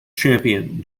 champion